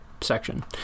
section